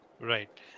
Right